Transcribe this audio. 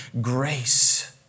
grace